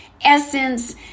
essence